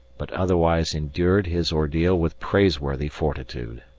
but otherwise endured his ordeal with praiseworthy fortitude.